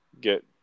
get